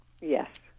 Yes